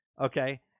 okay